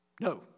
no